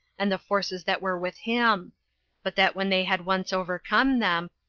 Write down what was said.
and the forces that were with him but that when they had once overcome them,